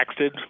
texted